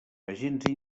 agents